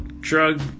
drug